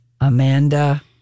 Amanda